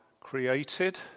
created